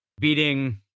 beating